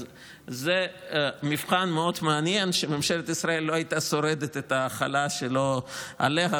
אז זה מבחן מאוד מעניין שממשלת ישראל לא הייתה שורדת את ההחלה שלו עליה,